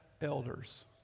elders